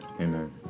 Amen